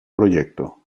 proyecto